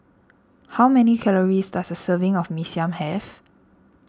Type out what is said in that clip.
how many calories does a serving of Mee Siam have